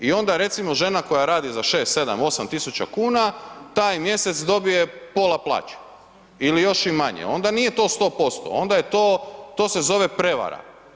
I onda recimo žena koja radi za 6, 7, 8.000 kuna taj mjesec dobije pola plaće ili još i manje, onda nije to 100% onda je to, to se zove prevara.